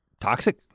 toxic